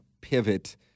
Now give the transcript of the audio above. pivot